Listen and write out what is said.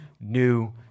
new